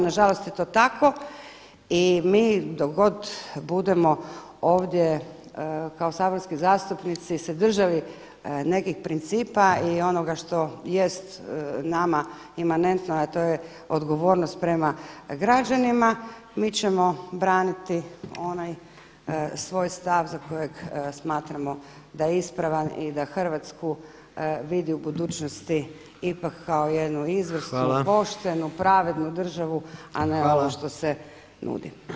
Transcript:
Na žalost je to tako i mi dok god budemo ovdje kao saborski zastupnici se držali nekih principa i onoga što jest nama imanentno, a to je odgovornost prema građanima mi ćemo braniti onaj svoj stav za kojeg smatramo da je ispravan i da Hrvatsku vidi u budućnosti ipak kao jednu izvrsnu, poštenu, pravednu državu, a ne ovo što se nudi.